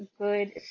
good